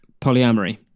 Polyamory